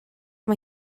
mae